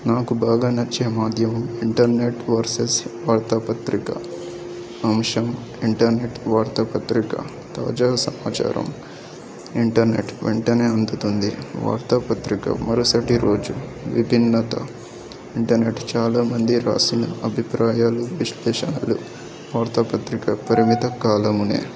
నాకు బాగా నచ్చే మాధ్యమం ఇంటర్నెట్ వర్సెస్ వార్తాపత్రిక అంశం ఇంటర్నెట్ వార్తాపత్రిక తాజా సమాచారం ఇంటర్నెట్ వెంటనే అందుతుంది వార్తాపత్రిక మరుసటి రోజు విభిన్నత ఇంటర్నెట్ చాలామంది రాసిన అభిప్రాయాలు విశ్లేషాలు వార్తాపత్రిక పరిమిత కాలము